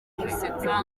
gusetsa